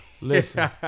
Listen